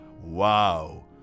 Wow